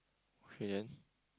okay then